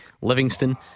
Livingston